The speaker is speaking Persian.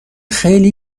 خیلی